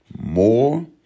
More